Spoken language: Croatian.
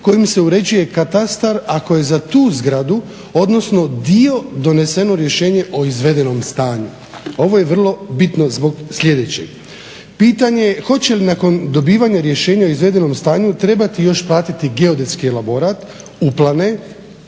kojim se uređuje katastar ako je za tu zgradu, odnosno dio, doneseno rješenje o izvedenom stanju." Ovo je vrlo bitno zbog sljedećeg, pitanje je hoće li nakon dobivanja rješenja o izvedenom stanju trebati još platiti geodetski elaborat uplane